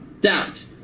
doubt